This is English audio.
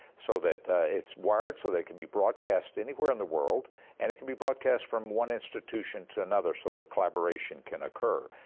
so that it's wired so it can be broadcast anywhere in the world and it can be broadcast from one institution to another so that collaboration can occur,